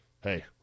hey